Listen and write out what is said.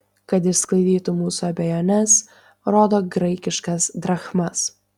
kad išsklaidytų mūsų abejones rodo graikiškas drachmas